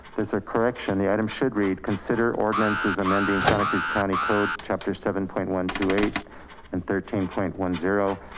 there's a correction, the item should read, consider ordinances amending santa cruz county code chapter seven point one two eight and thirteen point one zero.